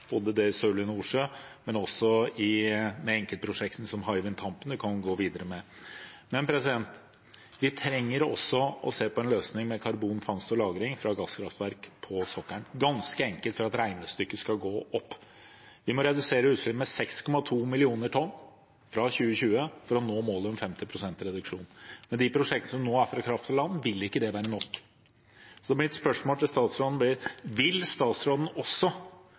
både i Sørlige Nordsjø og med enkeltprosjekter som Hywind Tampen som vi kan gå videre med. Men vi trenger også å se på en løsning med karbonfangst og -lagring fra gasskraftverk på sokkelen, ganske enkelt for at regnestykket skal gå opp. Vi må redusere utslippene med 6,2 millioner tonn fra 2020 for å nå målet om 50 pst. reduksjon, men de prosjektene som nå er for kraft fra land, vil ikke være nok. Så mitt spørsmål til statsråden blir: Vil statsråden også